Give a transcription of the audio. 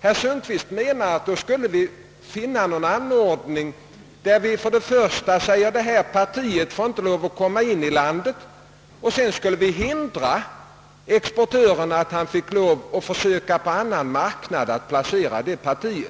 Herr Sundkvist menar alltså att vi skall ha regler, enligt vilka vi dels kan förhindra att varan införes i landet, dels kan omöjliggöra för exportörerna att försöka placera partiet på annan marknad.